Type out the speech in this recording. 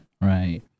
Right